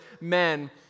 men